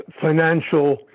financial